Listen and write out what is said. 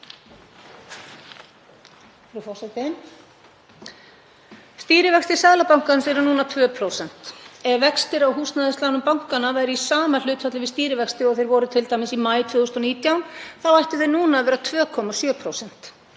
Stýrivextir Seðlabankans eru nú 2%. Ef vextir á húsnæðislánum bankanna væru í sama hlutfalli við stýrivexti og þeir voru t.d. í maí 2019 ættu þeir núna að vera 2,7%